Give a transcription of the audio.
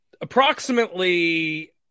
approximately